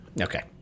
Okay